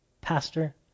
pastor